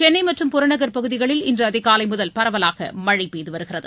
சென்னை மற்றும் புறநகர் பகுதிகளில் இன்று அதிகாலை முதல் பரவலாக மழை பெய்து வருகிறது